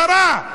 קרה,